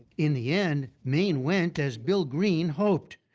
in the end, maine went as bill green hoped,